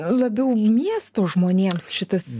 labiau miesto žmonėms šitas